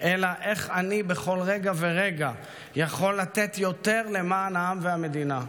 אלא איך אני בכל רגע ורגע יכול לתת יותר למען העם והמדינה",